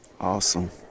Awesome